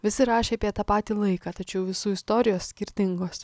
visi rašė apie tą patį laiką tačiau visų istorijos skirtingos